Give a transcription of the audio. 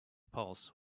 pulse